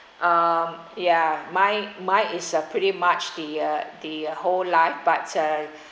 um yeah mine mine is pretty much the uh the whole life but uh